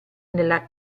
nella